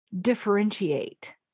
differentiate